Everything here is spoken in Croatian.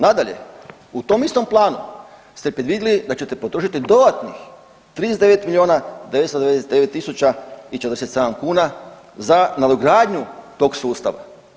Nadalje, u tom istom planu ste predvidjeli da ćete potrošiti dodatnih 39 milijuna 999 tisuća i 47 kuna za nadogradnju tog sustava.